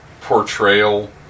portrayal